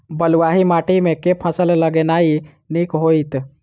बलुआही माटि मे केँ फसल लगेनाइ नीक होइत?